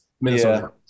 Minnesota